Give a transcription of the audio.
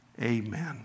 Amen